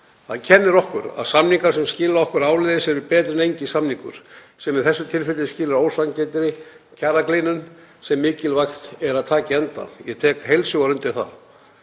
Það kennir okkur að samningar sem skila okkur áleiðis eru betri en enginn samningur sem í þessu tilfelli skilar ósanngjarnri kjaragliðnun sem mikilvægt er að taki enda. Ég tek heils hugar undir það.